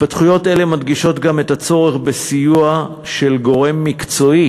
התפתחויות אלה מדגישות גם את הצורך בסיוע של גורם מקצועי